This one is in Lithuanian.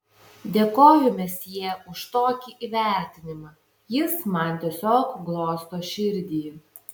dėkoju mesjė už tokį įvertinimą jis man tiesiog glosto širdį